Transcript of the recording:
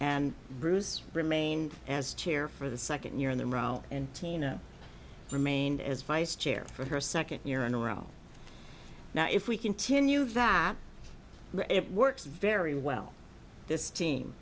and bruce remained as chair for the second year in the row and tina remained as vice chair for her second year in a row now if we continue that it works very well this team